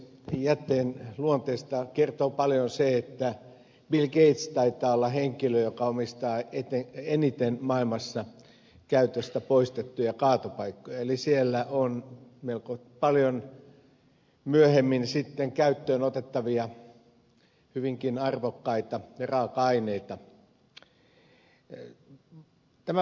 jätteen luonteesta kertoo paljon se että bill gates taitaa olla henkilö joka omistaa eniten maailmassa käytöstä poistettuja kaatopaikkoja eli siellä on melko paljon sitten myöhemmin käyttöön otettavia hyvinkin arvokkaita raaka aineita